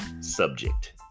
Subject